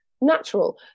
natural